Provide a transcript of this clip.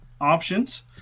options